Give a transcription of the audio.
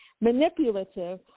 manipulative